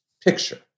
picture